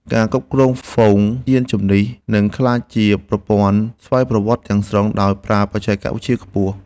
ការគ្រប់គ្រងហ្វូងយានជំនិះ នឹងក្លាយជាប្រព័ន្ធស្វ័យប្រវត្តិទាំងស្រុងដោយប្រើបច្ចេកវិទ្យាខ្ពស់។